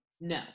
no